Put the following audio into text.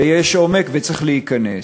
ויש עומק וצריך להיכנס.